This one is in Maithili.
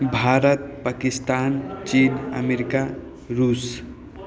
भारत पाकिस्तान चीन अमेरिका रूस